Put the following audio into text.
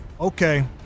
okay